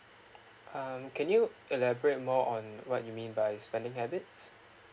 um can you elaborate more on what you mean by spending habits